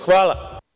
Hvala.